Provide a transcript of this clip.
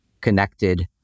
connected